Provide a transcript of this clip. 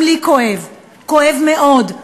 גם לי כואב, כואב מאוד,